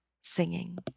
singing